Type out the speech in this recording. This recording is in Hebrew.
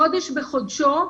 חודש בחודשו,